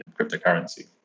cryptocurrency